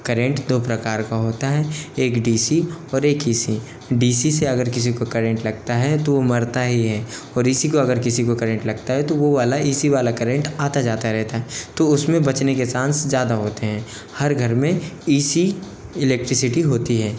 current दो प्रकार का होता है एक डी सी और एक ऐ सी डी सी से अगर किसी को करंट लगता है तो मरता ही है और ए सी को अगर किसी को करंट लगता है तो वो वाला ए सी वाला करंट आता जाता रहता है तो उस में बचने के चांस ज़्यादा होते हैं हर घर में ई सी इलेक्ट्रिसिटी होती है